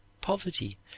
poverty